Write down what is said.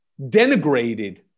denigrated